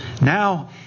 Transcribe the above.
Now